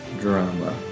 drama